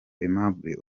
aimable